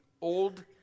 Old